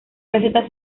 receta